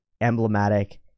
emblematic